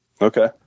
Okay